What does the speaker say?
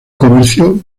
comercio